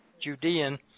Judean